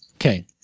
okay